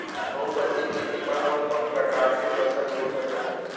बहुफसली खेती मा कोन कोन प्रकार के फसल बो सकत हन?